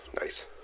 nice